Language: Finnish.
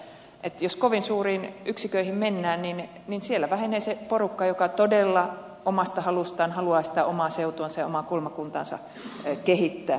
jos kovin suuriin yksiköihin mennään niin siellä vähenee se porukka joka todella omasta halustaan haluaa sitä omaa seutuansa ja omaa kulmakuntaansa kehittää